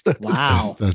Wow